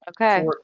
Okay